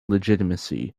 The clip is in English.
legitimacy